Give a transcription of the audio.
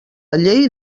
llei